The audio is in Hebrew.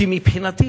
כי מבחינתי